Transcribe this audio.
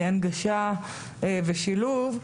הנגשה ושילוב.